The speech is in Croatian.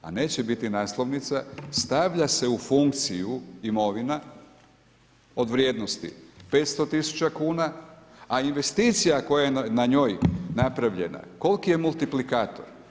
A neće biti naslovnica, stavlja se u funkciju imovina, u vrijednosti 500000 kuna, a investicija koja je na njoj napravljana, koliki je multiplikator.